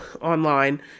online